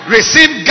Receive